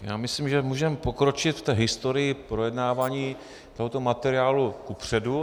Já myslím, že můžeme pokročit v té historii projednávání tohoto materiálu kupředu.